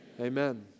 amen